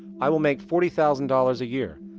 i will make forty thousand dollars a year.